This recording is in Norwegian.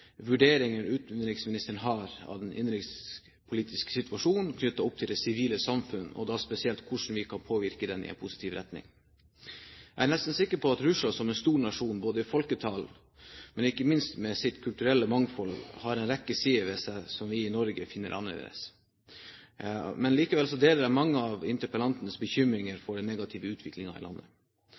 vi kan påvirke den i positiv retning. Jeg er nesten sikker på at Russland som en stor nasjon – både hva gjelder folketall og ikke minst med sitt kulturelle mangfold – har en rekke sider ved seg som vi i Norge finner annerledes. Likevel deler jeg mange av interpellantens bekymringer for den negative utviklingen i landet.